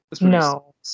no